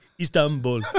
Istanbul